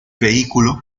vehículo